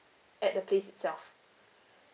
at the place itself